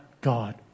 God